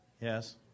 Yes